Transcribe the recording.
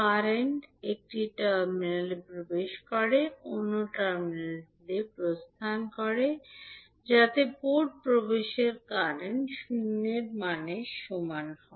current একটি terminal প্রবেশ করে অন্য টার্মিনালটি প্রস্থান করে যাতে পোর্ট প্রবেশের কারেন্ট শূন্যের সমান হয়